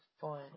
fun